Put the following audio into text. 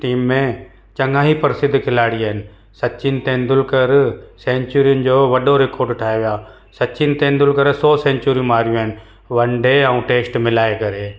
team में चङा ई प्रसिद्ध खिलाड़ी आहिनि सचिन तैंदुलकर सैंचुरीनि जो वॾो रिकॉर्ड ठाहे वियो आहे सचिन तैंदुलकर सौ सैंचिरियूं मारियूं आहिनि वनडे ऐं टैस्ट मिलाए करे